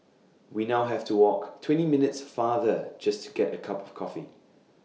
we now have to walk twenty minutes farther just to get A cup of coffee